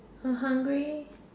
I'm hungry